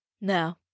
no